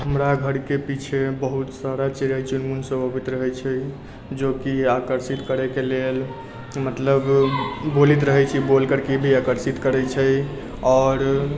हमरा घरके पीछेमे बहुत सारा चिड़ै चुनमुन सब अबैत रहै छै जोकि आकर्षित करैके लेल मतलब बोलैत रहै छै बोल करके भी आकर्षित करै छै आओर